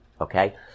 Okay